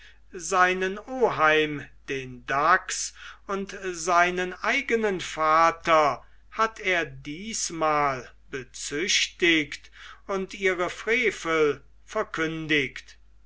seinen oheim den dachs und seinen eigenen vater hat er diesmal bezichtigt und ihre frevel verkündigt